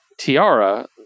tiara